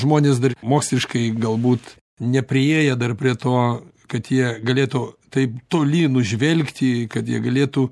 žmonės dar moksliškai galbūt nepriėję dar prie to kad jie galėtų taip toli nužvelgti kad jie galėtų